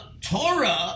Torah